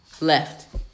left